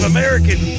American